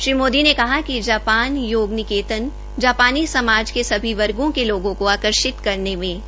श्री मोदी ने कहा कि जापान योग निकेतन जापानी समाज के सभी वर्गों के लोगोंको आकर्षित करने में सक्षम है